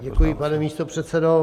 Děkuji, pane místopředsedo.